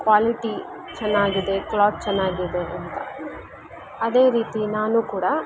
quality ಚೆನ್ನಾಗಿದೆ cloth ಚೆನ್ನಾಗಿದೆ ಅದೇ ರೀತಿ ನಾನು ಕೂಡ